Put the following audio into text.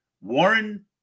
Warren